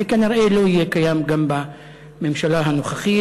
וכנראה לא יהיה קיים גם בממשלה הנוכחית,